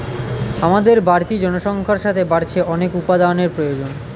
আমাদের বাড়তি জনসংখ্যার সাথে বাড়ছে অনেক উপাদানের প্রয়োজন